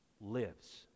lives